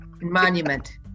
monument